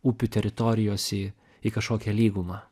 upių teritorijos į į kažkokią lygumą